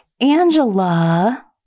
Angela